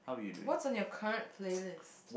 what's in your current playlist